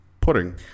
pudding